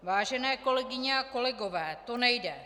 Vážené kolegyně a kolegové, to nejde.